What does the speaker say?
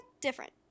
different